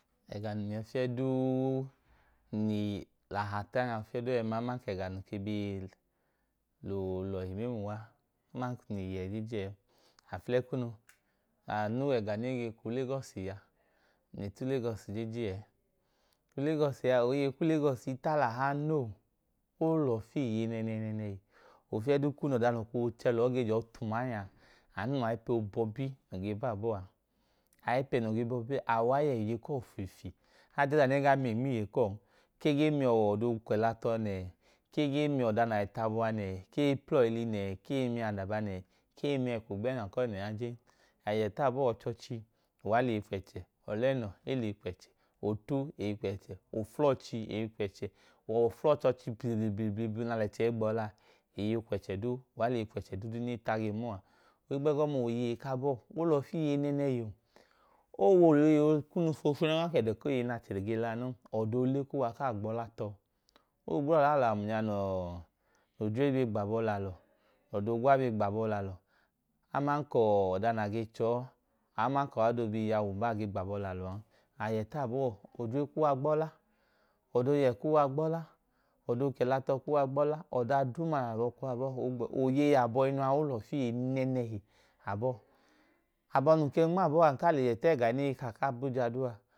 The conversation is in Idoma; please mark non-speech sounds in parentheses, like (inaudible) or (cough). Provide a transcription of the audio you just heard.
Ẹga num nyọ fiyẹ duu aman ka ẹga num lẹ aha ta nọ fiyẹ duu ẹẹ ma, num le lọhi mẹmla uwa aman ka ng le yẹ jejee ẹẹ ma, anu wẹ ẹga nẹ e ge hi ulegọsi a. Ng je ulegọsi jejee ẹẹ. Otẹtẹ a, oyeyi ku ulegọsi i talaha noo. O lọfu ye nẹẹnẹhi, ofiyẹ duu ọda noo koo chẹ lọọ jọọ tum anya, anu wẹ ọda obọbi noo ge baa bọọ a. ayipẹ noo ge baa bọọ, a, a gaa yẹ iye kuwọ wẹ ufuufi, a gaa je ọda nẹ e lọfu miyẹ nma abọ kuwọ an. Ọda okẹla tọ a nẹ? E ge miyẹ ọọ ọda nẹ a le tu abọ a nẹ? Ka eyi miyẹ uwọ ili nẹ? Ka e i miyẹ uwọ adaba nẹẹ? Ka eyi miyẹ uwọ (unintelligible) a jen. A le yẹ tu abọọ, ọchọọchi, e lẹ eyi kwẹchẹ, ọlẹnọ, uwa lẹ eyi kwẹchẹ, otu, eyi kwẹchẹ, oflọchi, eyi kwẹchẹ. Oflọchọọchi blibli bli nẹ alẹchẹ i gbiyọla a, uwa lẹ eyi kwẹchẹ duu. Uwa leyi kwẹchẹ duu nẹ uwa ta ge ma uwọ. Ohigbu ẹgọma oyeyi ku abọọ, o lọfu ye nẹẹnẹhi oo. O wẹ oyei kunu foofunu aman ka ẹdọ ku oyeyi nẹ achẹ ge la a noo, ọda oole kaa gbọla tọ. O gbla ọlalọ ama nẹ odre ge gbabọ lẹ alọ, nẹ ọda oogwa ge gbabọ lẹ alọ aman ka ọda na ge che ọọ, aman ka aọda oobi yiyawu n baa ge gbabọ lẹ alọ an. A le yẹ ta abọọ, odre kuwa gbọla, ọda ooyẹ kuwa gbọla, ọda duuma kuwa gbọla. Ọda duu nẹ a lẹ abọọ kwọọ abọọ a, oyeyi abọhinu a, o lọfu iye abọọ. Abọ num ken ma abọọ a, ng ke le yẹ ta ẹga ne gi hi ka abuja duu a.